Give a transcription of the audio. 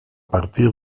partir